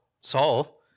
Saul